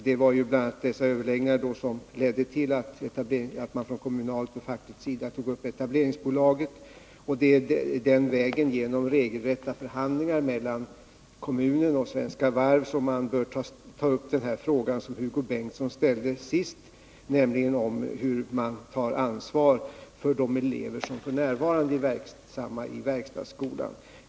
Det var bl.a. dessa överläggningar som ledde tillatt man från kommunens och fackets sida tog upp förslaget om att bilda ett etableringsbolag. Det är den vägen — vid regelrätta förhandlingar mellan kommunen och Svenska Varv — som man bör behandla Hugo Bengtssons senaste fråga om hur man tar ansvar för de elever som nu är verksamma vid verkstadsskolan.